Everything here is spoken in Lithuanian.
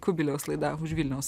kubiliaus laida už vilniaus